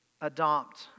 adopt